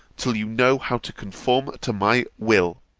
till you know how to conform to my will.